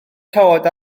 cawod